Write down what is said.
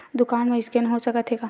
दुकान मा स्कैन हो सकत हे का?